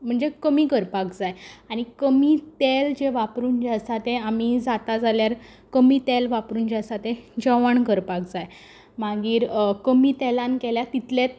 म्हणजे कमी करपाक जाय आनी कमी तेल जें वापरून जें आसा तें आमी जाता जाल्यार कमी तेल वापरून जें आसा तें जेवण करपाक जाय मागीर कमी तेलान केल्यार तितलेंच